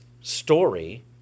story